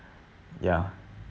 ya